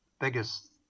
biggest